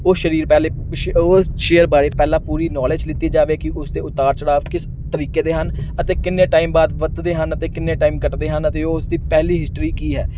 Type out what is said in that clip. ਉਹ ਸ਼ਰੀਰ ਪਹਿਲੇ ਸ਼ੇ ਉਸ ਸ਼ੇਅਰ ਬਾਰੇ ਪਹਿਲਾਂ ਪੂਰੀ ਨੌਲੇਜ ਲਿੱਤੀ ਜਾਵੇ ਕਿ ਉਸ ਦੇ ਉਤਾਰ ਚੜਾਵ ਕਿਸ ਤਰੀਕੇ ਦੇ ਹਨ ਅਤੇ ਕਿੰਨੇ ਟਾਈਮ ਬਾਅਦ ਵਧਦੇ ਹਨ ਅਤੇ ਕਿੰਨੇ ਟਾਈਮ ਘੱਟਦੇ ਹਨ ਅਤੇ ਉਸ ਦੀ ਪਹਿਲੀ ਹਿਸਟਰੀ ਕੀ ਹੈ